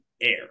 air